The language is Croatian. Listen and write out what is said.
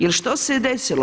Jer što se je desilo.